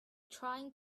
trying